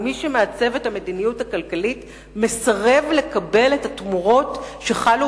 ומי שמעצב את המדיניות הכלכלית מסרב לדעת על התמורות שחלו